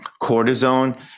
cortisone